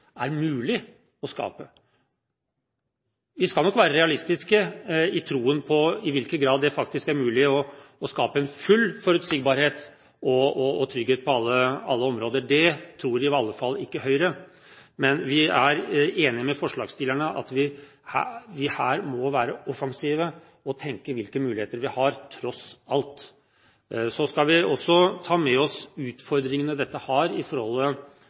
er mulig å skape. Vi skal nok være realistiske i troen på i hvilken grad det faktisk er mulig å skape en full forutsigbarhet og trygghet på alle områder – det tror i alle fall ikke Høyre det er. Men vi er enig med forslagsstillerne i at vi her må være offensive og tenke på hvilke muligheter vi tross alt har. Så skal vi også ta med oss utfordringene dette har i